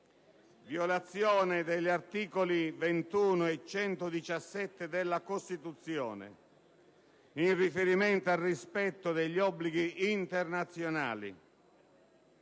violazione degli articoli 21 e 117 della Costituzione (in riferimento al rispetto degli obblighi internazionali,